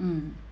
mm